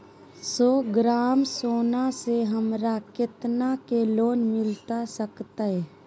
सौ ग्राम सोना से हमरा कितना के लोन मिलता सकतैय?